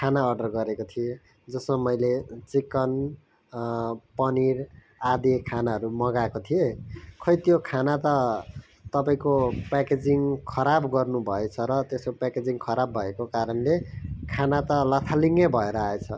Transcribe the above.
खाना अर्डर गरेको थिएँ जसमा मैले चिकन पनिर आदि खानाहरू मँगाएको थिएँ खोइ त्यो खाना त तपाईँको प्याकेजिङ खराब गर्नु भएछ र त्यसको प्याकेजिङ खराब भएको कारणले खाना त लथालिङै भएर आएछ